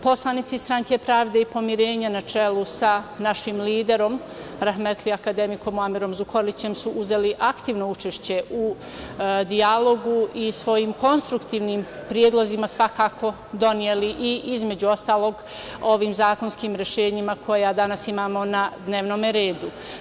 Poslanici SPP na čelu sa našim liderom, rahmetli, akademikom Muamerom Zukorlićem, su uzeli aktivno učešće u dijalogu i svojim konstruktivnim predlozima svakako doneli i između ostalog ovim zakonskim rešenjima koja danas imamo na dnevnom redu.